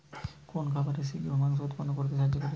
কোন খাবারে শিঘ্র মাংস উৎপন্ন করতে সাহায্য করে?